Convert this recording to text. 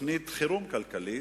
תוכנית חירום כלכלית,